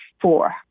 four